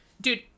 Dude